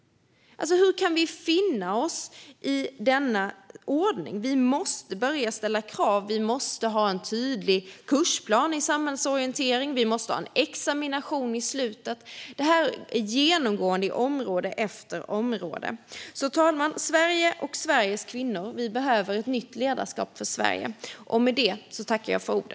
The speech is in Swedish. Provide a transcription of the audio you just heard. Hur kan vi finna oss i denna ordning? Vi måste börja ställa krav. Vi måsta ha en tydlig kursplan i samhällsorientering. Vi måste ha en examination i slutet. Detta är genomgående på område efter område. Fru talman! Sverige och Sveriges kvinnor behöver ett nytt ledarskap för Sverige.